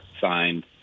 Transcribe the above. signed